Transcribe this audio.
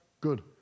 good